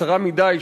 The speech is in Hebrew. קצרה מדי,